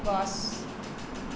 গছ